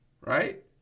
Right